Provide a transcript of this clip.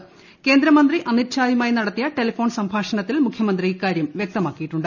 കേന്ദ്ര ആഭ്യന്തരമന്ത്രി അമിത്ഷായുമായി നടത്തിയ ടെലിഫോൺ സംഭാഷണത്തിൽ മുഖ്യമന്ത്രി ഇക്കാർട്ടം വ്യക്തമാക്കിയിട്ടുണ്ട്